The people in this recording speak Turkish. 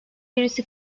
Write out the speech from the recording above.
birisi